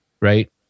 right